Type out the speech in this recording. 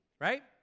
Right